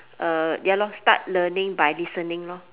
uh ya lor start learning by listening lor